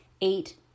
Eight